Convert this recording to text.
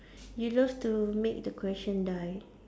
you love to make the question die